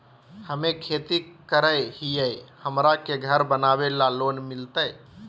हमे खेती करई हियई, हमरा के घर बनावे ल लोन मिलतई?